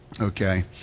Okay